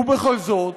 ובכל זאת,